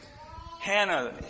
Hannah